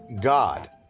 God